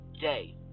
day